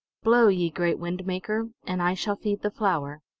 blow, ye great wind-maker, and i shall feed the flower!